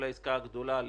כל העסקה הגדולה,